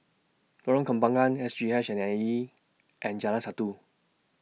Lorong Kembangan S G H A and E and Jalan Satu